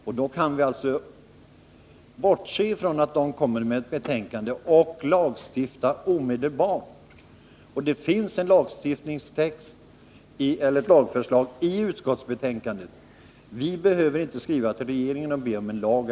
Vi kan alltså bortse från att den kommer med ett betänkande, och vi kan lagstifta omedelbart. Det finns ett färdigt lagförslag i reservationen vid utskottsbetänkandet, och därför behöver vi inte skriva till regeringen och be om en lag.